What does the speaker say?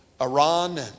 Iran